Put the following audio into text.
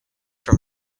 from